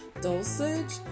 dosage